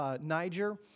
Niger